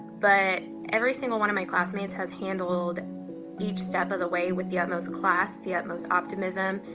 but every single one of my classmates has handled each step of the way with the utmost class, the utmost optimism,